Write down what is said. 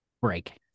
break